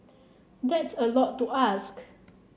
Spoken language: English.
that's a lot to ask